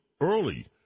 early